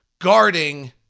guarding